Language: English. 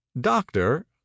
Doctor